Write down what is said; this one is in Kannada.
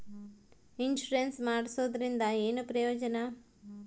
ಇನ್ಸುರೆನ್ಸ್ ಮಾಡ್ಸೋದರಿಂದ ಏನು ಪ್ರಯೋಜನ?